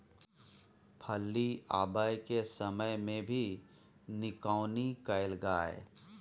फली आबय के समय मे भी निकौनी कैल गाय?